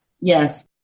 yes